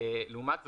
לעומת זאת,